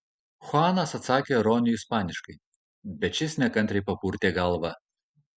chuanas atsakė roniui ispaniškai bet šis nekantriai papurtė galvą